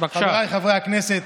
חבריי חברי הכנסת,